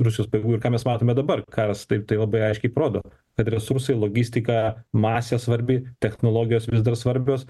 rusijos pajėgų ir ką mes matome dabar karas taip tai labai aiškiai parodo kad resursai logistika masė svarbi technologijos vis dar svarbios